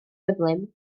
gyflym